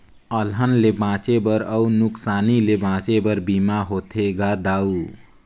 अलहन ले बांचे बर अउ नुकसानी ले बांचे बर बीमा होथे गा दाऊ